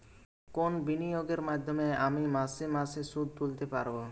কোন বিনিয়োগের মাধ্যমে আমি মাসে মাসে সুদ তুলতে পারবো?